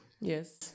Yes